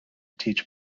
teach